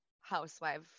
housewife